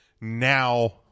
now